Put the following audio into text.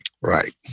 right